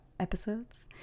episodes